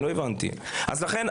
לכן,